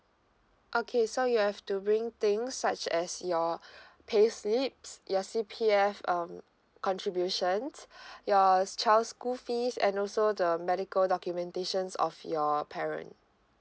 okay so you have to bring things such as your payslips your C_P_F um contributions your child school fees and also the medical documentations of your parent